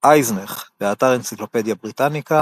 אייזנך, באתר אנציקלופדיה בריטניקה אייזנאך,